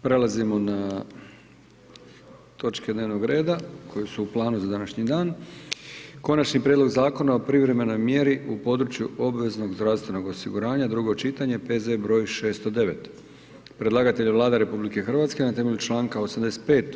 Prelazimo na točke dnevnog reda koje su u planu za današnji dan: - Konačni prijedlog Zakona o privremenoj mjeri u području obveznoga zdravstvenog osiguranja, drugo čitanje, P.Z. br. 609; Predlagatelj je Vlada RH na temelju članka 85.